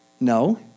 No